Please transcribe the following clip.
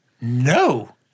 No